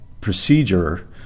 procedure